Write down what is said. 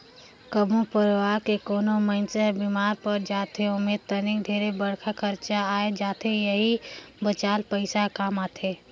कभो परवार के कोनो मइनसे हर बेमार पर जाथे ओम्हे तनिक ढेरे बड़खा खरचा आये जाथे त एही बचाल पइसा हर काम आथे